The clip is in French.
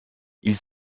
ils